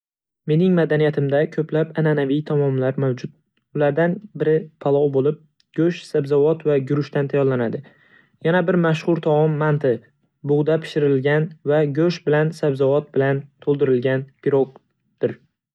Mening madaniyatimda ko'plab an'anaviy taomlar mavjud. Ulardan biri palov bo'lib, go'sht, sabzavot va guruchdan tayyorlanadi. Yana bir mashhur taom - manti, bug'da pishirilgan va go'sht bilan sabzavot bilan to'ldirilgan pirog-dir